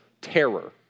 terror